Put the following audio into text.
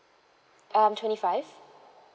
um twenty five